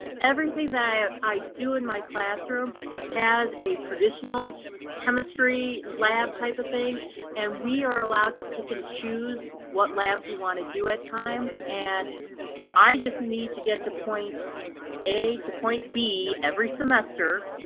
everything i i do in my classroom has a traditional chemistry lab type of thing and we are allowed to pick and choose what labs we want to do at times. and i just need to get to point a to point b every semester,